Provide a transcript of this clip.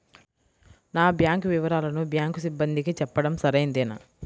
నా బ్యాంకు వివరాలను బ్యాంకు సిబ్బందికి చెప్పడం సరైందేనా?